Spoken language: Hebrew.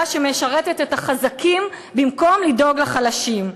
שמשרתת את החזקים במקום לדאוג לחלשים.